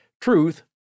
Truth